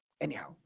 Anyhow